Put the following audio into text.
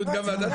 בסדר גמור.